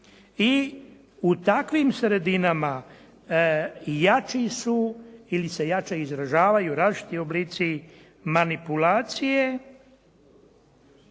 I u takvim sredinama jači su ili se jače izražavaju različiti oblici manipulacije